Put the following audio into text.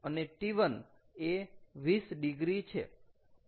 અને T1 એ 20 degree છે